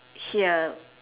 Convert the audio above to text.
here